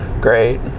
Great